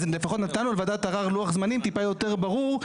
אז לפחות נתנו לוועדת ערר לוח זמנים טיפה יותר ברור.